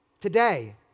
today